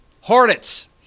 Hornets